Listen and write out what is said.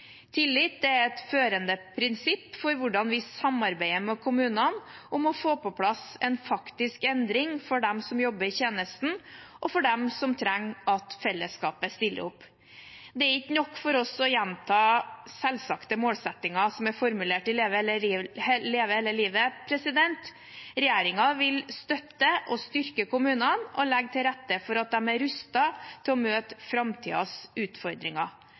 Tillit er et førende prinsipp for hvordan vi samarbeider med kommunene om å få på plass en faktisk endring for dem som jobber i tjenesten, og for dem som trenger at fellesskapet stiller opp. Det er ikke nok for oss å gjenta selvsagte målsettinger som er formulert i Leve hele livet. Regjeringen vil støtte og styrke kommunene og legge til rette for at de er rustet til å møte framtidens utfordringer.